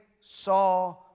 saw